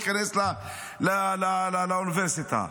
כדי להיכנס לאוניברסיטה.